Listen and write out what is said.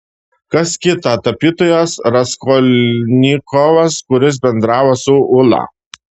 kas kita tapytojas raskolnikovas kuris bendravo su ūla